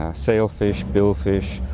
ah sail fish, bill fish,